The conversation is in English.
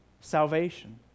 salvation